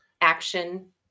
Action